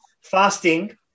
fasting